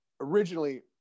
originally